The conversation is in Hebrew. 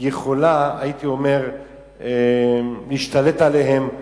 יכולה להשתלט עליהם,